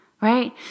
right